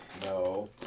no